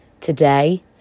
today